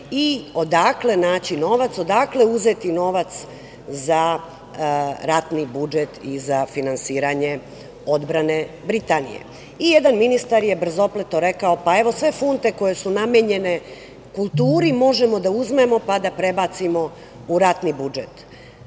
i odakle naći novac, odakle uzeti novac za ratni budžet i za finansiranje odbrane Britanije. Jedan ministar je brzopleto rekao: „Evo sve funte koje su namenjene kulturi možemo da uzmemo, pa da prebacimo u ratni budžet.“